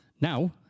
now